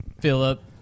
Philip